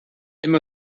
immer